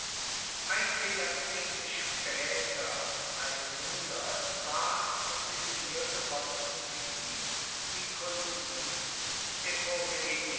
einige jahrzehnte später ward auf dem hier gewonnenen gebiet die kolonie